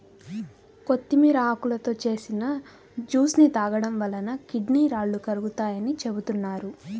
కొత్తిమీర ఆకులతో చేసిన జ్యూస్ ని తాగడం వలన కిడ్నీ రాళ్లు కరుగుతాయని చెబుతున్నారు